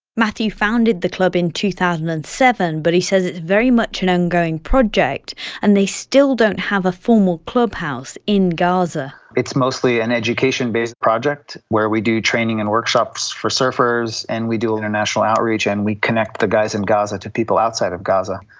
matthew founded the club in two thousand and seven, but he says it's very much an ongoing project and they still don't have a formal clubhouse in gaza. it's mostly an education based project where we do training and workshops the surfers and we do international outreach and we connect the guys in gaza to people outside of gaza.